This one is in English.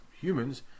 humans